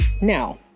now